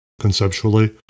conceptually